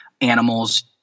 animals